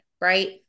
right